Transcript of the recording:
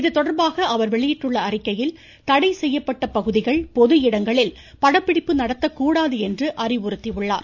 இதுதொடர்பாக இன்று அவர் வெளியிட்டுள்ள அறிக்கையில் தடை செய்யப்பட்ட பகுதிகள் பொது இடங்களில் படப்பிடிப்பு நடத்தக்கூடாது என்று அறிவுறுத்தியுள்ளார்